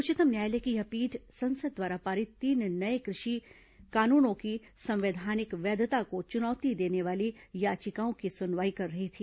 उच्चतम न्यायालय की यह पीठ संसद द्वारा पारित तीन नए कृषि कानूनों की संवैधानिक वैधता को चुनौती देने वाली याचिकाओं की सुनवाई कर रही थी